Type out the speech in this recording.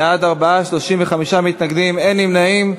בעד, 4, 35 מתנגדים, אין נמנעים.